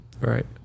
right